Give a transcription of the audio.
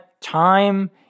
time